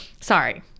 Sorry